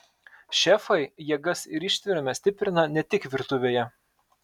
šefai jėgas ir ištvermę stiprina ne tik virtuvėje